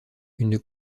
une